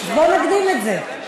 בוא נקדים את זה.